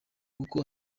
kuko